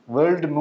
World